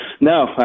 no